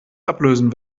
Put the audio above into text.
ablösen